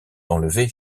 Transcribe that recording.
enlevés